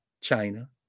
China